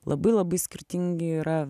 labai labai skirtingi yra